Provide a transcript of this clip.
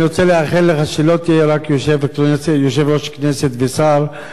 אני רוצה לאחל לך שלא תהיה רק יושב-ראש כנסת ושר,